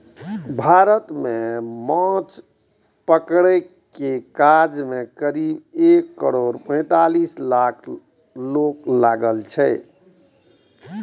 भारत मे माछ पकड़ै के काज मे करीब एक करोड़ पैंतालीस लाख लोक लागल छै